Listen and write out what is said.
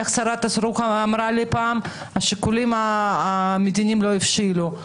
איך השרה סטרוק אמרה לי פעם: השיקולים המדיניים לא הבשילו.